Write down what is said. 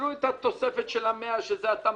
שתשאירו את התוספת של ה-100,000, שזה התמריץ.